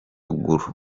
gulu